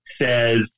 says